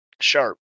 sharp